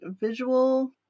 visual